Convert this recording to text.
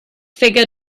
figure